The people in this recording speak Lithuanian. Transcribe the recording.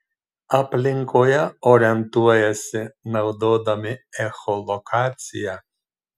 aplinkoje orientuojasi naudodami echolokaciją